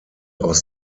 aus